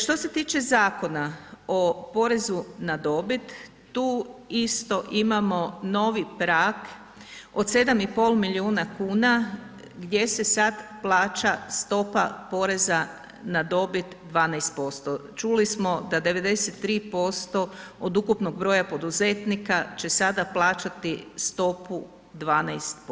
Što se tiče Zakona o porezu na dobit, tu isto imamo novi prag od 7,5 milijuna kuna gdje se sad plaća stopa poreza na dobit 12%, čuli smo da 93% od ukupnog broja poduzetnika će sada plaćati stopu 12%